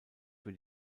für